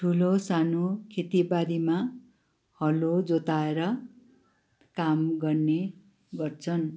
ठुलो सानो खेतीबारीमा हलो जोताएर काम गर्ने गर्छन्